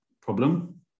problem